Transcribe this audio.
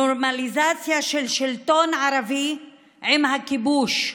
נורמליזציה של שלטון ערבי עם הכיבוש,